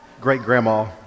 great-grandma